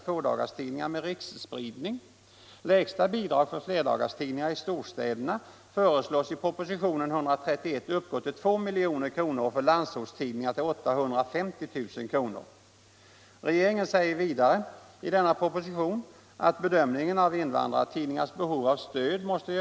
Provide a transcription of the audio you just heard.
tidningar på svenska språket.